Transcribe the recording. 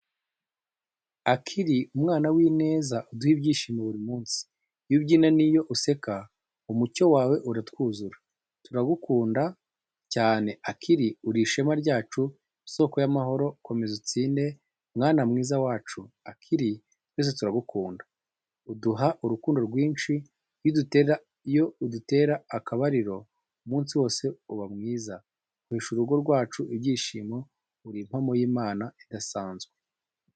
Akili, mwana w’ineza, uduha ibyishimo buri munsi. Iyo ubyina n’iyo useka, umucyo wawe uratwuzura. Tugukunda cyane, Akili, uri ishema ryacu, isoko y’amahoro, komeza utsinde, mwana mwiza wacu. Akili, twese turagukunda, uduha urukundo rwinshi. Iyo udutera akabariro, umunsi wose uba mwiza. Uhesha urugo rwacu ibyishimo, uri impano y’Imana idasanzwe.